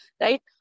right